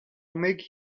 make